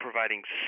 Providing